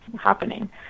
happening